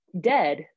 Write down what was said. dead